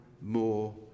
more